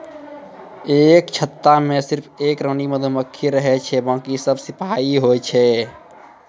एक छत्ता मॅ सिर्फ एक रानी मधुमक्खी रहै छै बाकी सब सिपाही होय छै